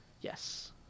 Yes